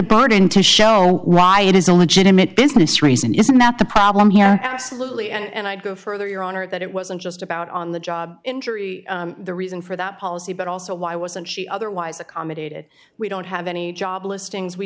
burden to show why it is a legitimate business reason isn't that the problem here absolutely and i go further your honor that it wasn't just about on the job injury the reason for that policy but also why wasn't she otherwise accommodated we don't have any job listings we